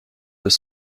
deux